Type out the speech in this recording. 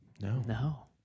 No